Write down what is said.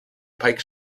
pike